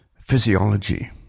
physiology